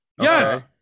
Yes